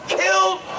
killed